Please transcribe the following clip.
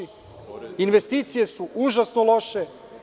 Investicije su užasno loše.